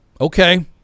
Okay